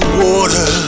water